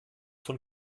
von